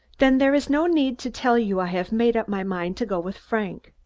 then there is no need to tell you i have made up my mind to go with frank.